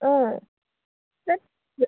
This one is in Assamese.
অঁ